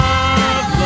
love